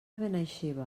benaixeve